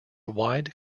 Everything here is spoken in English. wide